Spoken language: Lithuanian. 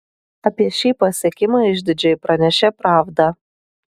apie šį pasiekimą išdidžiai pranešė pravda